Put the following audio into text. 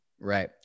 Right